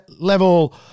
level